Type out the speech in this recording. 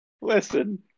Listen